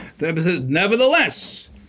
Nevertheless